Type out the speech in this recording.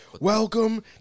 Welcome